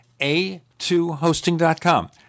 A2hosting.com